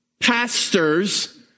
pastors